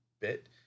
bit